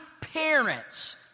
parents